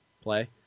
play